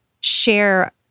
share